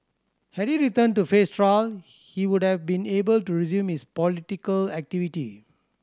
had he returned to face trial he would have been able to resume his political activity